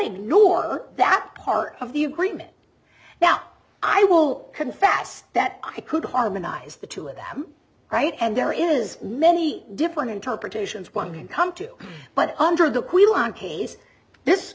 ignore that part of the agreement now i will confess that i could harmonize the two of them right and there is many different interpretations one can come to but under the case this